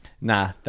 Nah